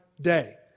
day